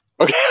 Okay